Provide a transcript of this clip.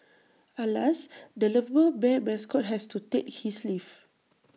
alas the lovable bear mascot has to take his leave